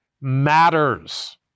matters